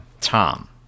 Tom